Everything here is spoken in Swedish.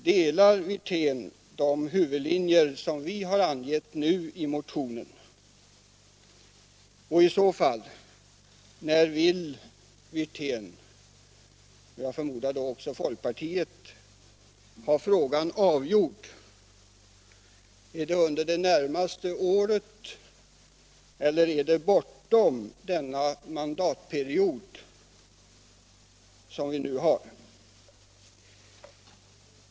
Delar herr Wirtén de huvudlinjer som vi nu har angivit i motionen och i så fall: när vill herr Wirtén — jag förmodar att det gäller hela folkpartiet — ha frågan avgjord? Är det under det närmaste året eller är det 131 bortom denna mandatperiod?